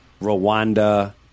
Rwanda